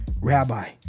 Rabbi